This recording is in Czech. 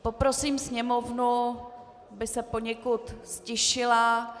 Poprosím sněmovnu, aby se poněkud ztišila.